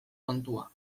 kontua